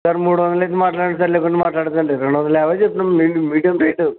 sir మూడు వందలకి మాట్లాడండి సార్ లేకుంటే మాట్లాడకండి రెండు వందల యాభై చెప్పినాము మీకు మీడియం రేటు